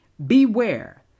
Beware